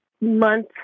month